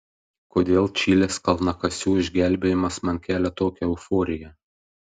kodėl čilės kalnakasių išgelbėjimas man kelia tokią euforiją